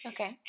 Okay